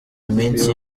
iminsi